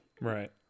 right